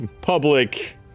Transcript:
public